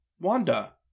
Wanda